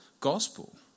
gospel